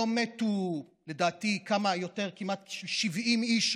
רק היום מתו לדעתי כמעט 70 איש,